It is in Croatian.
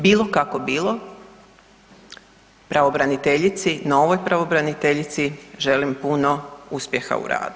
Bilo kako bilo pravobraniteljici, novoj pravobraniteljici želim puno uspjeha u radu.